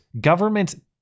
government